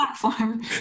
platform